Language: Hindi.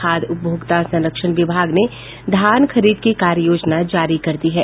खाद्य उपभोक्ता संरक्षण विभाग ने धान खरीद की कार्ययोजना जारी कर दी है